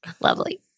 Lovely